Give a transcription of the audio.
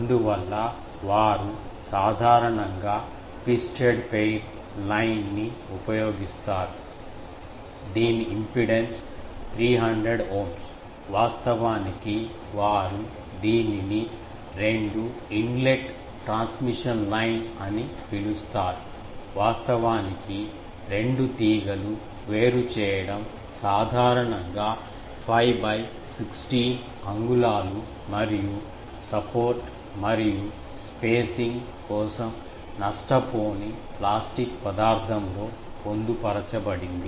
అందువల్ల వారు సాధారణంగా ట్విస్టెడ్ పెయిర్ లైన్ ని ఉపయోగిస్తారు దీని ఇంపిడెన్స్ 300 ఓం వాస్తవానికి వారు దీనిని రెండు ఇన్లెట్ ట్రాన్స్మిషన్ లైన్ అని పిలుస్తారు వాస్తవానికి రెండు తీగలు వేరుచేయడం సాధారణంగా 5 16 అంగుళాలు మరియు సపోర్ట్ మరియు స్పేసింగ్ కోసం నష్టపోని ప్లాస్టిక్ పదార్థంలో పొందుపరచబడింది